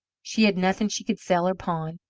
she had nothing she could sell or pawn,